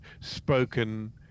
spoken